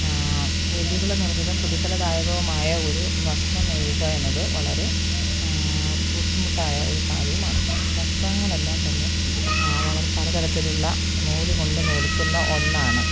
വെല്ലുവിളി നിറഞ്ഞതും പ്രതിഫല ദായകവുമായ ഒരു വസ്ത്രം നെയ്യുക എന്നത് വളരെ ബുദ്ധിമുട്ടായ ഒരു കാര്യമാണ് വസ്ത്രങ്ങളെല്ലാം തന്നെ പല തരത്തിലുള്ള നൂല് കൊണ്ട് നൂൽക്കുന്ന ഒന്നാണ്